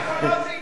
אני לא יודע.